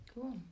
Cool